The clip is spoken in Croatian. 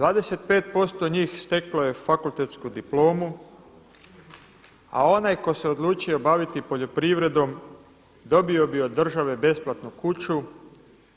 25% njih steklo je fakultetsku diplomu a onaj tko se odlučio baviti poljoprivrednom dobio bi od države besplatnu kuću,